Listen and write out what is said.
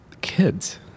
kids